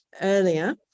earlier